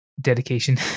dedication